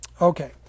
Okay